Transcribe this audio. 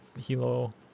Hilo